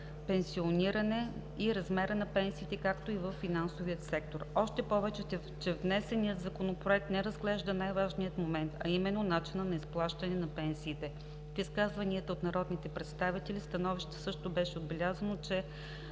пенсиониране и размера на пенсиите, както и във финансовия сектор. Още повече, че внесеният Законопроект не разглежда най-важния момент, а именно начина на изплащане на пенсиите. В изказваните от народните представители становища също беше отбелязано, че